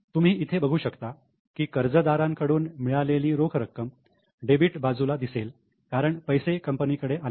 तुम्ही इथे बघू शकता की कर्जदारांकडून मिळालेली रोख रक्कम डेबिट बाजूला दिसेल कारण पैसे कंपनी कडे आले